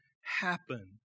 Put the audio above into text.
happen